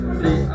see